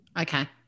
okay